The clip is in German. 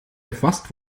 erfasst